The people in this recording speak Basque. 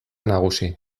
nagusi